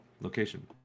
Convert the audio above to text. location